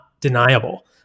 deniable